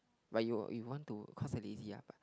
but you you want to cause I lazy ah but